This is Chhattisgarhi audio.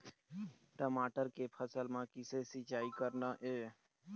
टमाटर के फसल म किसे सिचाई करना ये?